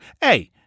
hey